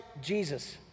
Jesus